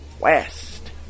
west